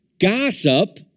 gossip